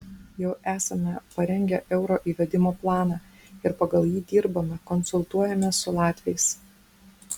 jau esame parengę euro įvedimo planą ir pagal jį dirbame konsultuojamės su latviais